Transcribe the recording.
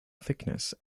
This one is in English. thickness